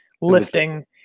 lifting